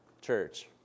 church